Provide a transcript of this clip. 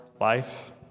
life